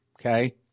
okay